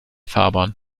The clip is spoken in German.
fahrbahn